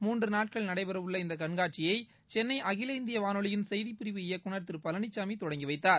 மூன்று நாட்கள் நடைபெறவுள்ள இந்த கண்காட்சியை சென்னை அகில இந்திய வானொலியின் செய்திப்பிரிவு இயக்குனர் திரு பழனிச்சாமி தொடங்கிவைத்தார்